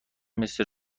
مثل